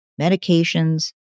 medications